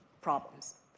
problems